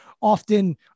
often